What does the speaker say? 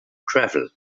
travel